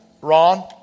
Ron